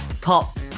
pop